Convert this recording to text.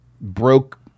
broke